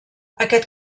aquest